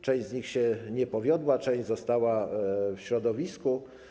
Część z nich się nie powiodła, część została w środowisku.